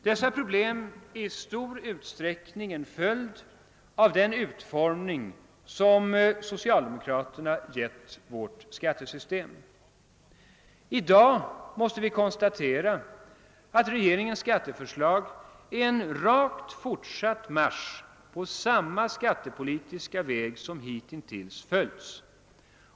Dessa problem är i stor utsträckning en följd av den utformning som socialdemokraterna givit vårt skattesystem. I dag måste vi konstatera, att regeringens skatteförslag är en fortsatt marsch på samma skattepolitiska väg som hittills har följts.